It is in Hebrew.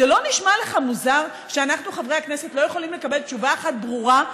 זה לא נשמע לך מוזר שאנחנו חברי הכנסת לא יכולים לקבל תשובה אחת ברורה,